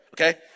okay